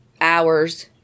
hours